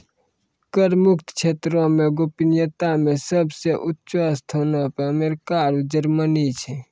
कर मुक्त क्षेत्रो मे गोपनीयता मे सभ से ऊंचो स्थानो पे अमेरिका आरु जर्मनी छै